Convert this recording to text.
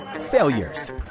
failures